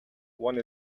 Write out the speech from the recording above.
one